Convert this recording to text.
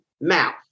mouth